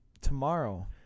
tomorrow